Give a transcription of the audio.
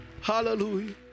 Hallelujah